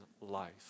life